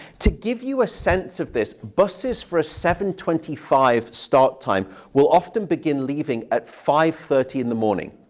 to give you a sense of this, buses for a seven twenty five start time will often begin leaving at five thirty in the morning.